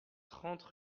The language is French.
trente